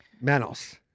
Manos